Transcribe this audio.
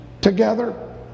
together